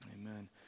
Amen